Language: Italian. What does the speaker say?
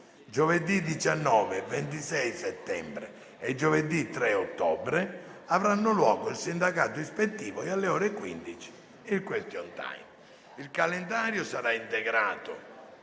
Giovedì 19 e 26 settembre e giovedì 3 ottobre avranno luogo il sindacato ispettivo e, alle ore 15, il *question time*. Il calendario sarà integrato